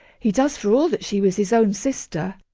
he does for all that she was his own sister.